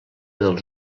dels